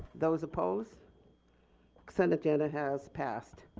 those opposed? the consent agenda has passed.